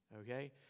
Okay